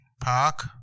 Park